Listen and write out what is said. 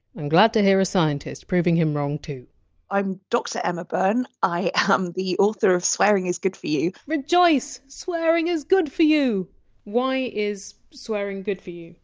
and glad to hear a scientist proving him wrong too i'm dr emma byrne i am the author of swearing is good for you rejoice! swearing is good for you! so why is swearing good for you?